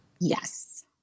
Yes